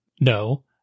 no